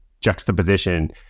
juxtaposition